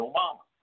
Obama